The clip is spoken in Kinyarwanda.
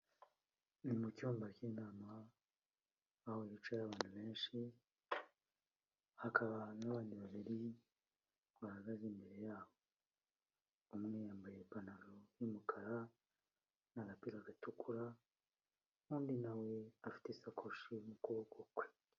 Ni mu cyumba cy'inama, aho hicaye abantu benshi, hakaba n'abandi babiri bahagaze imbere yabo, umwe yambaye ipantaro y'umukara n'agapira gatukura, undi na we afite isakoshi mu kuboko kwe.